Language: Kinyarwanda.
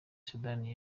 sudani